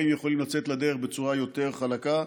יכולים לצאת לדרך בצורה יותר חלקה.